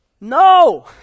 No